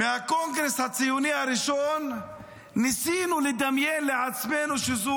מהקונגרס הציוני הראשון ניסינו לדמיין לעצמנו שזאת